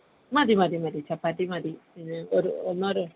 മതി മതി മതി ചപ്പാത്തി മതി പിന്നെ ഒരു ഒന്നോ രണ്ടോ